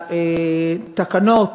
התקנות